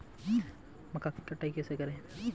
मक्का की कटाई कैसे करें?